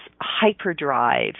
hyperdrive